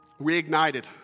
Reignited